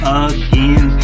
again